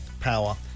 power